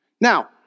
Now